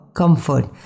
comfort